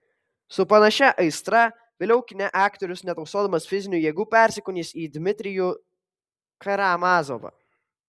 su panašia aistra vėliau kine aktorius netausodamas fizinių jėgų persikūnys į dmitrijų karamazovą